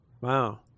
Wow